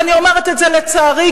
ואני אומרת לצערי,